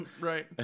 Right